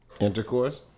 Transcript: intercourse